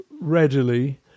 readily